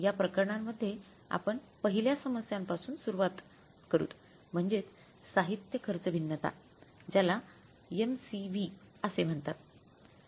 याप्रकरणांमध्ये आपण पहिल्या समस्यांपासून सुरुवात करुत म्हणजेच साहित्य खर्च भिन्नता ज्याला MCV असे म्हणतात